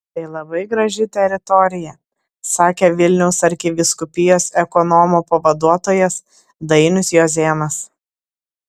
tai labai graži teritorija sakė vilniaus arkivyskupijos ekonomo pavaduotojas dainius juozėnas